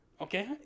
Okay